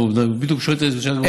הוא בדיוק שואל את שרגא ברוש.